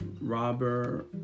Robber